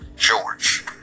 George